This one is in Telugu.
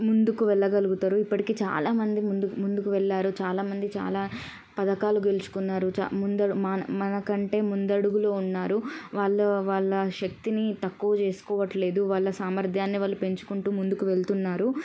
ముందుకు వెళ్ళగలుగుతరు ఇప్పటికీ చాలామంది ముందుకు ముందుకు వెళ్ళారు చాలామంది చాలా పథకాలు గెలుచుకున్నారు చ ముందడు మన మనకంటే ముందడుగులో ఉన్నారు వాళ్ళ వాళ్ళ శక్తిని తక్కువ చేసుకోవట్లేదు వాళ్ళ సామర్థ్యాన్ని వాళ్ళు పెంచుకుంటూ ముందుకు వెళ్తున్నారు